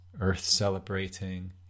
earth-celebrating